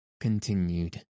continued